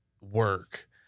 work